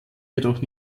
jedoch